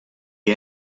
the